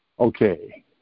Okay